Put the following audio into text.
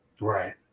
Right